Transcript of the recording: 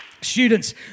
students